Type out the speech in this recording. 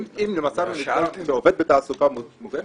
אם מצאנו נדגם שעובד בתעסוקה מוגנת,